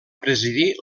presidir